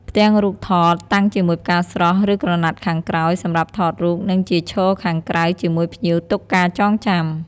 ផ្ទាំងរូបថត តាំងជាមួយផ្កាស្រស់ឬក្រណាត់ខាងក្រោយ សម្រាប់ថតរូប និងជាឈរខាងក្រៅជាមួយភ្ញៀវទុកការចងចាំ។